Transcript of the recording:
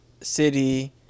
City